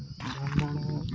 ବ୍ରାହ୍ମଣ